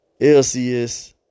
LCS